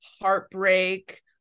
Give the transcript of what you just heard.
heartbreak